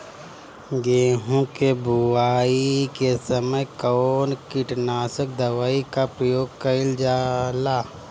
गेहूं के बोआई के समय कवन किटनाशक दवाई का प्रयोग कइल जा ला?